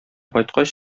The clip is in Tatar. кайткач